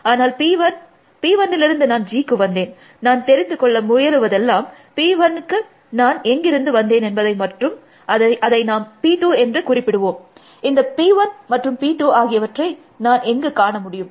அதனால் PI PI லிருந்து நான் Gக்கு வந்தேன் நான் தெரிந்துக்கொள்ள முயலுவதெல்லாம் PIக்கு நான் எங்கிருந்து வந்தேன் என்பதை மற்றும் அதை நாம் P2 என்று குறிப்பிடுவோம் இந்த P1 மற்றும் P2 ஆகியவற்றை நான் எங்கு காண முடியும்